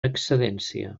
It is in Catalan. excedència